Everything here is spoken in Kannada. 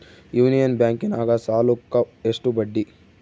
ಯೂನಿಯನ್ ಬ್ಯಾಂಕಿನಾಗ ಸಾಲುಕ್ಕ ಎಷ್ಟು ಬಡ್ಡಿ?